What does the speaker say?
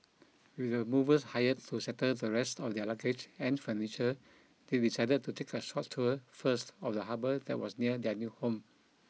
with the movers hired to settle the rest of their luggage and furniture they decided to take a short tour first of the harbour that was near their new home